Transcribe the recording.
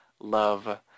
love